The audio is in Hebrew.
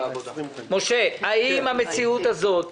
האם המציאות הזאת,